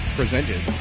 presented